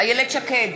איילת שקד,